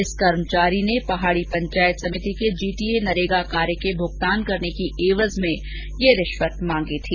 इस कर्मचारी ने पहाड़ी पंचायत समिति के जीटीए नरेगा कार्य के भुगतान करने की एवज में ये रिश्वत मांगी थी